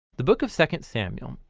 the book of second samuel.